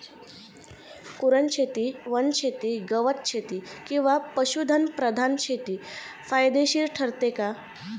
कुरणशेती, वनशेती, गवतशेती किंवा पशुधन प्रधान शेती फायदेशीर ठरते का?